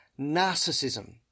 narcissism